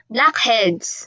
Blackheads